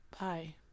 Bye